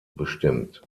bestimmt